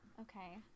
Okay